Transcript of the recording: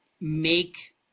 make